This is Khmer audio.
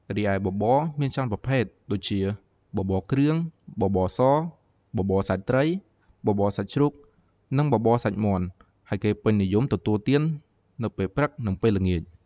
រីឯបបរមានច្រើនប្រភេទដូចជា បបរគ្រឿង បបរសរ បបរសាច់ត្រី បបរសាច់ជ្រូក នឹងបបរសាច់មាន់ ហើយគេពេញនិយមទទួលទាននៅពេលព្រឹកនិងពេលល្ងាច។